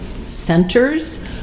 centers